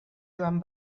joan